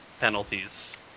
penalties